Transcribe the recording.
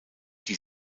die